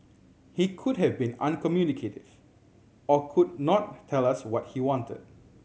he could have been uncommunicative or could not tell us what he wanted